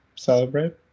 celebrate